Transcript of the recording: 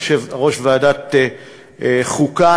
יושב-ראש ועדת הפנים ויושב-ראש ועדת חוקה,